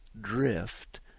drift